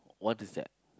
what is that